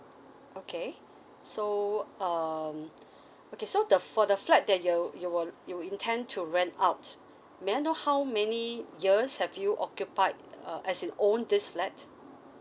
okay so um okay so the for the flat that you'll you will you will intend to rent out may I know how many years have you occupied uh as in own this flat